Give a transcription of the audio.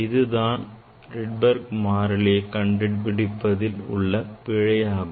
இது தான் நாம் Rydberg மாறிலியை கண்டுபிடிப்பதில் உள்ள பிழை ஆகும்